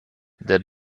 der